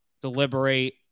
deliberate